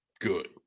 good